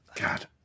god